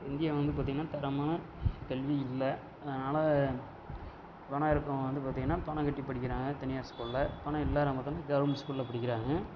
India வந்து பார்த்தீங்கன்னா தரமான கல்வி இல்லை அதனால் பணம் இருக்கிறவுங்க வந்து பார்த்தீங்கன்னா பணம் கட்டி படிக்கிறாங்க தனியார் ஸ்கூலில் பணம் இல்லாதவங்க பாத்தோன்னா கவர்மெண்ட் ஸ்கூல்ல படிக்கிறாங்க